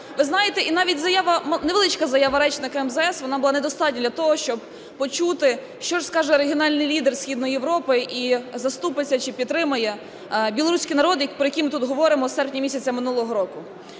Ви знаєте, і навіть заява, невеличка заява речника МЗС, вона була недостатня для того, щоб почути, що ж скаже регіональний лідер Східної Європи і заступиться чи підтримає білоруський народ, про який ми тут говоримо з серпня місяця минулого року.